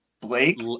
Blake